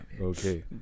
okay